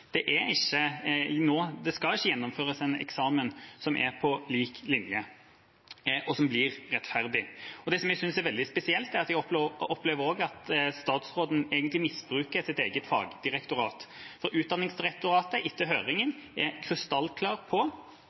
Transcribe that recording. det skal ikke gjennomføres eksamen på lik linje, og som blir rettferdig. Det jeg synes er veldig spesielt, er at jeg også opplever at statsråden egentlig misbruker sitt eget fagdirektorat, for Utdanningsdirektoratet er etter høringen krystallklar på